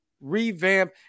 revamp